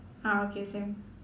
ah okay same